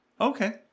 Okay